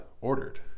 ordered